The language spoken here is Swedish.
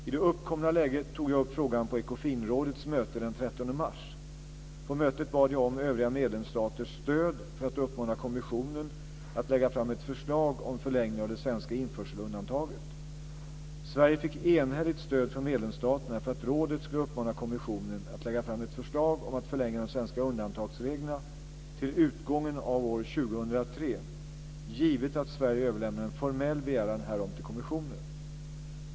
I det uppkomna läget tog jag upp frågan på Ekofinrådets möte den 13 mars. På mötet bad jag om övriga medlemsstaters stöd för att uppmana kommissionen att lägga fram ett förslag om förlängning av det svenska införselundantaget. Sverige fick enhälligt stöd från medlemsstaterna för att rådet skulle uppmana kommissionen att lägga fram ett förslag om att förlänga de svenska undantagsreglerna till utgången av år 2003, givet att Sverige överlämnade en formell begäran härom till kommissionen.